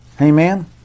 Amen